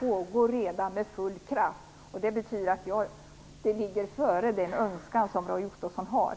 pågår med full kraft. Det betyder att man har kommit längre än vad Roy Ottosson har framfört i sitt önskemål.